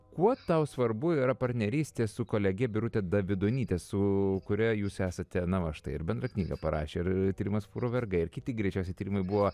kuo tau svarbu yra partnerystė su kolege birute davidonyte su kuria jūs esate na va štai ir bendrą knygą parašė ir tyrimas fūrų vergai ir kiti greičiausiai tyrimai buvo